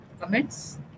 comments